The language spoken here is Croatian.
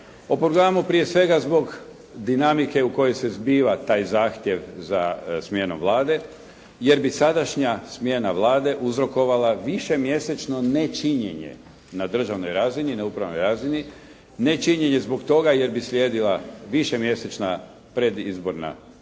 Opovrgavamo prije svega zbog dinamike u kojoj se zbiva taj zahtjev za smjenom Vlade, jer bi sadašnja smjena Vlade uzrokovala višemjesečno nečinjenje na državnoj razini, na upravnoj razini, nečinjenje zbog toga jer bi slijedila višemjesečna predizborna kampanja,